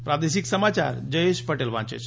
પ્રાદેશિક સમાચાર જયેશ પટેલ વાંચે છે